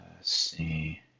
see